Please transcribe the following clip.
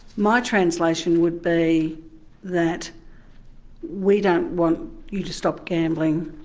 my translation would be that we don't want you to stop gambling,